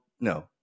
No